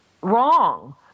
wrong